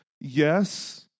yes